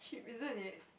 cheap isn't it